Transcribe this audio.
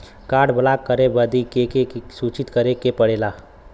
Card block करे बदी के के सूचित करें के पड़ेला?